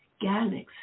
galaxies